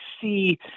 see